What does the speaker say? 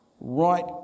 right